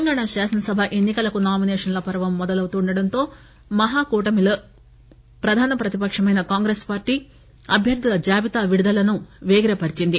తెలంగాణ శాసనసభ ఎన్ని కలకు నామిసేషన్ల పర్వం మొదలవుతుండటంతో మహాకూటమిలో ప్రధాన పక్షమైన కాంగ్రెస్ పార్టీ అభ్యర్దుల జాబితా విడుదలను పేగిరపర్చింది